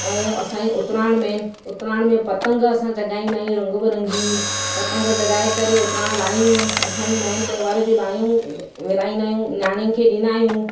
ऐं असांई उतराण में उतराण में पतंग असां जॻाईंदा आहियूं रंग बिरंगी पतंग जॻाए करे उतराण लायूं असांजो मेन त्योहारु जूं लायूं विराईंदा आहियूं न्याणीयुनि खे ॾींदा आहियूं हर त्योहारु ते